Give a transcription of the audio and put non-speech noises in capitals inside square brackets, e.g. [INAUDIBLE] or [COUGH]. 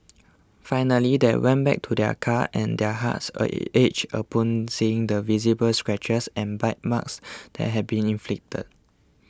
finally they went back to their car and their hearts [UNINTELLIGIBLE] ached upon seeing the visible scratches and bite marks that had been inflicted